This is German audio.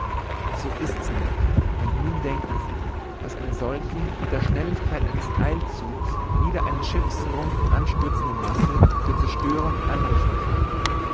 so ist's ned und nun denken sie was eine solche mit der schnelligkeit eines eilzugs wider einen schiffsrumpf anstürzende masse für zerstörung anrichten kann